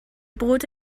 bod